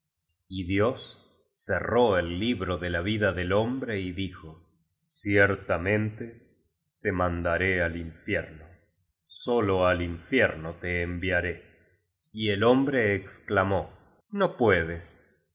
y dios cerró el libro de la vida del hombre y dijo ciertamente te mandaré a infierno sólo al infierno te enviaré y el hombre exclamó no puedes